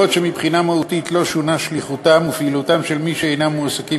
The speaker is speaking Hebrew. אף שמבחינה מהותית לא שונות שליחותם ופעילותם של מי שאינם מועסקים